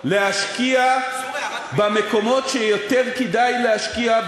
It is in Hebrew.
באות להשקיע במקומות שיותר כדאי להשקיע,